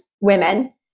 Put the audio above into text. women